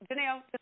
Janelle